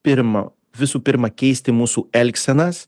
pirma visų pirma keisti mūsų elgsenas